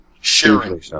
Sharing